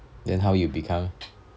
then how you become